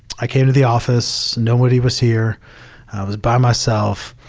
i came to the office, nobody was here. i was by myself,